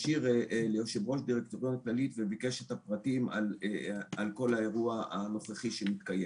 אנחנו כולנו עצובים על האירוע הזה.